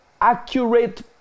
accurate